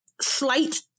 slight